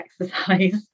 exercise